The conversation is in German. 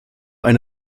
eine